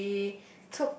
we